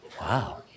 wow